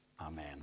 amen